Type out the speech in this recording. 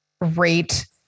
rate